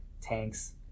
tanks